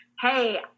Hey